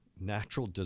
natural